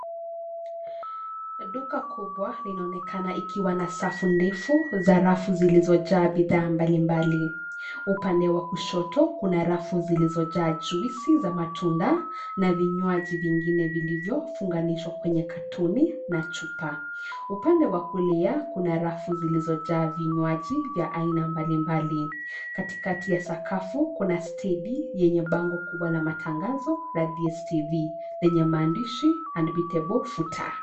Duka kubwa linaonekana ikiwa na safu ndefu, za rafu zilizojaa bidhaa mbalimbali. Upande wa kushoto, kuna rafu zilizojaa juisi za matunda, na vinywaji vingine vilivyofunganishwa kwenye katuni, na chupa. Upande wa kulia, kuna rafu zilizojaa vinywaji, vya aina mbalimbali. Katikati ya sakafu, kuna stedi yenye bango kubwa la matangazo, la Dstv, na yenye maandishi Unbeatable Footah .